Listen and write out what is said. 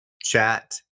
Chat